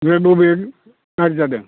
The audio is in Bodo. ओमफ्राय बबे गाज्रि जादों